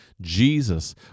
Jesus